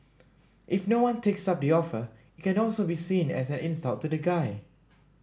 if no one takes up the offer it can also be seen as an insult to the guy